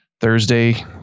Thursday